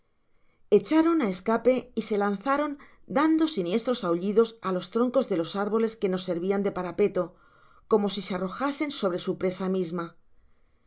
echaron á escape y se lanzaron dando siniestros aullidos á los troncos de ios árboles que nos servían de parapeto como si se arrojasen sobre su presa misma